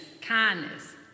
kindness